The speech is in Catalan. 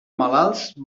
malalts